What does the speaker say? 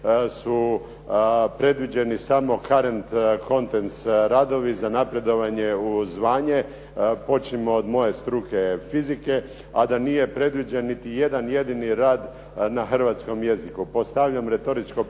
su predviđeni Caren Countries radovi za napredovanje u zvanje. Počnimo od moje struke fizike, a da nije predviđen niti jedan jedini rad na hrvatskom jeziku. Postavljam retoričko pitanje.